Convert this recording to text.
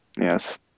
Yes